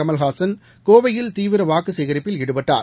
கமல்ஹாசன் கோவையில் தீவிரவாக்குசேகரிப்பில் ஈடுபட்டார்